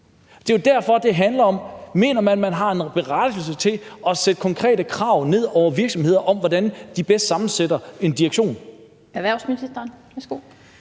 Det er jo derfor, det handler om: Mener man, at man har en berettigelse til at sætte konkrete krav ned over virksomheder om, hvordan de bedst sammensætter en direktion? Kl. 16:19 Den fg.